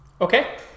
Okay